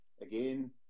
again